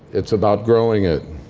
it's about growing it.